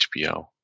hbo